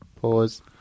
Pause